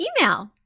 email